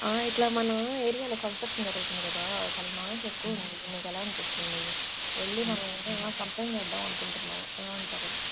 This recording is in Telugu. ఇలా మన ఏరియాలో కన్స్ట్రక్షన్ జరుగుతుంది కదా అసలు నాయిస్ ఎక్కువుంది మీకెలా అనిపిస్తుంది వెళ్ళి మనమేమైనా కంప్లెయింట్ చేద్దామనుకుంటున్నాము ఏమంటారు